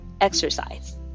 exercise